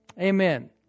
Amen